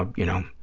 ah you know,